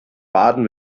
baden